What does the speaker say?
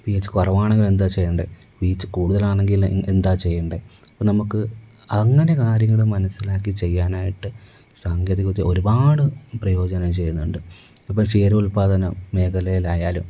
P H കുറവാണെങ്കിൽ എന്താ ചെയ്യേണ്ടത് പി എച്ച് കൂടുതലാണെങ്കിൽ എന്താ ചെയ്യേണ്ടത് അപ്പോൾ നമുക്ക് അങ്ങനെ കാര്യങ്ങൾ മനസിലാക്കി ചെയ്യാനായിട്ട് സാങ്കേതികവിദ്യ ഒരുപാട് പ്രയോജനം ചെയ്യുന്നുണ്ട് ഇപ്പോൾ ക്ഷീരോല്പാദനം മേഖലയിലായാലും